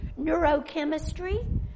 neurochemistry